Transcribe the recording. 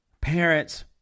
parents